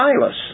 Silas